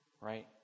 right